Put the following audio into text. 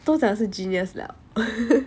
都讲是 genius 了